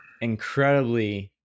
incredibly